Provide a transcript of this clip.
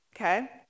okay